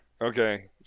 Okay